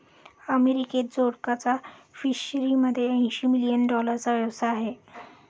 अमेरिकेत जोडकचा फिशरीमध्ये ऐंशी मिलियन डॉलरचा व्यवसाय आहे